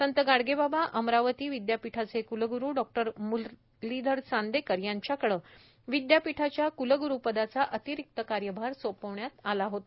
संत गाडगेबाबा अमरावती विद्यापीठाचे क्लग्रु डॉ मुरलीधर चांदेकर यांच्याकडे विद्यापीठाच्या कुलग्रुपदाचा अतिरिक्त कार्यभार सोपवण्यात आला होता